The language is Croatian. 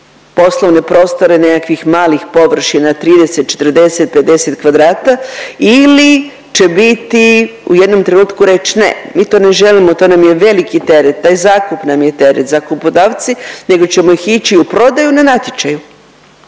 poslovne prostore nekakvih malih površina 30, 40, 50 kvadrata ili će biti u jednom trenutku reći ne mi to ne želimo to nam je veliki teret, taj zakup nam je teret zakupodavci nego ćemo ih ići u prodaju na natječaju.